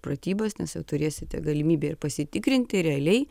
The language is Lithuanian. pratybas nes jau turėsite galimybę ir pasitikrinti realiai